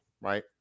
right